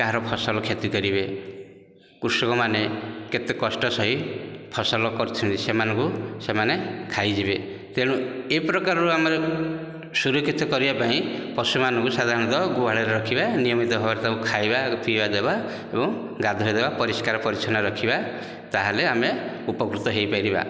କାହାର ଫସଲ କ୍ଷତି କରିବେ କୃଷକମାନେ କେତେ କଷ୍ଟ ସହି ଫସଲ କରିଛନ୍ତି ସେମାନଙ୍କୁ ସେମାନେ ଖାଇଯିବେ ତେଣୁ ଏ ପ୍ରକାରର ଆମେ ସୁରକ୍ଷିତ କରିବା ପାଇଁ ପଶୁ ମାନଙ୍କୁ ସାଧାରଣତଃ ଗୁହାଳରେ ରଖିବା ନିୟମିତ ଭାବରେ ତାଙ୍କୁ ଖାଇବା ପିଇବା ଦେବା ଏବଂ ଗାଧୋଇ ଦେବା ପରିଷ୍କାର ପରିଚ୍ଛନ୍ନ ରଖିବା ତା'ହେଲେ ଆମେ ଉପକୃତ ହୋଇପାରିବା